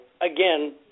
again